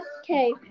Okay